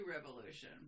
revolution